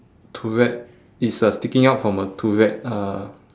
turret it's uh sticking out from a turret uh